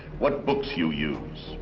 what books you use,